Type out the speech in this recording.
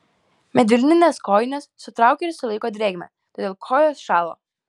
medvilninės kojinės sutraukia ir sulaiko drėgmę todėl kojos šąla